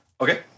Okay